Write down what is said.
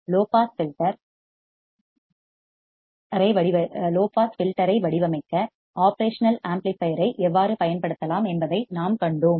low pass filter ஐ வடிவமைக்க operational amplifier ஐ எவ்வாறு பயன்படுத்தலாம் என்பதை நாம் கண்டோம்